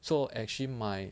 so actually my